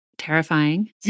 terrifying